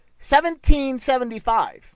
1775